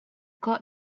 got